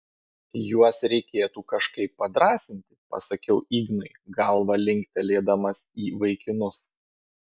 juos reikėtų kažkaip padrąsinti pasakiau ignui galva linktelėdamas į vaikinus